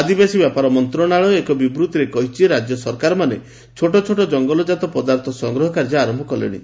ଆଦିବାସୀ ବ୍ୟାପାର ମନ୍ତ୍ରଣାଳୟ ଏକ ବିବୃତ୍ତିରେ କହିଛି ରାଜ୍ୟ ସରକାରମାନେ ଛୋଟ ଛୋଟ ଜଙ୍ଗଲଜାତ ପଦାର୍ଥ ସଂଗ୍ରହ କାର୍ଯ୍ୟ ଆରମ୍ଭ କରିଲେଣି